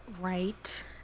Right